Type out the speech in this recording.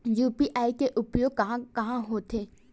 UPI के उपयोग कहां कहा होथे?